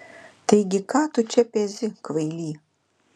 taigi ką tu čia pezi kvaily